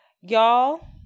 y'all